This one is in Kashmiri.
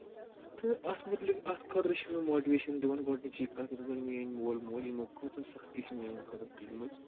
تہٕ اَتھ مُتعلِق اَتھ خٲطرٕ چھِ مےٚ ماٹِویشَن دِوان گۄڈٕنِچی کَتھ یِم زَن میٲنۍ مول موج یِمو کۭژاہ سختی چھِ میانہِ خٲطرٕ تُجمٕژ